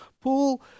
Paul